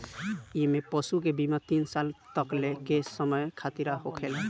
इमें पशु के बीमा तीन साल तकले के समय खातिरा होखेला